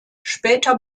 später